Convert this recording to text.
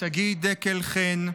שגיא דקל חן,